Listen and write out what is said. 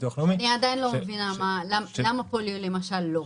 הביטוח הלאומי ש --- אני עדיין לא מבינה למה פוליו למשל לא?